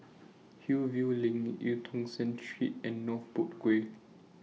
Hillview LINK EU Tong Sen Street and North Boat Quay